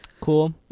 cool